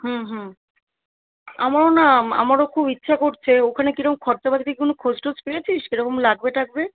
হুম হুম আমারও না আমারও খুব ইচ্ছা করছে ওখানে কীরকম খরচাপাতি তুই কোনো খোঁজ টোজ পেয়েছিস কীরকম লাগবে টাগবে